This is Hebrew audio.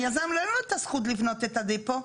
היזם אין לו זכות לבנות את הדפו,